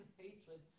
hatred